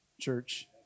church